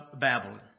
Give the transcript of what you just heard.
Babylon